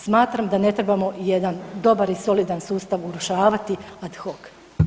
Smatram da ne trebamo jedan dobar i solidan sustav urušavati ad hoc.